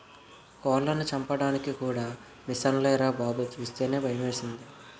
కోళ్లను చంపడానికి కూడా మిసన్లేరా బాబూ సూస్తేనే భయమేసింది